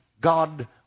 God